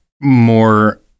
more